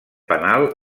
penal